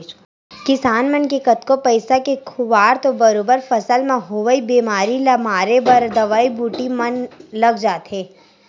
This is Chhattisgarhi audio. किसान मन के कतको पइसा के खुवार तो बरोबर फसल म होवई बेमारी ल मारे बर दवई बूटी म लग जाथे